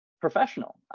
professional